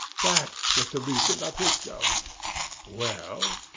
that was the reason of his going well?